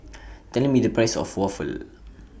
Tell Me The Price of Waffle